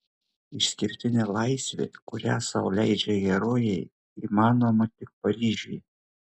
išskirtinė laisvė kurią sau leidžia herojai įmanoma tik paryžiuje